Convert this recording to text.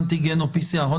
אנטיגן או PCR,